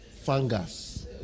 fungus